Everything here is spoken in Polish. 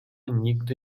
nigdy